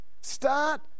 Start